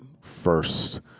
first